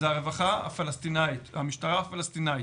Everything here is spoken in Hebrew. זאת הרווחה הפלסטינית, המשטרה הפלסטינית.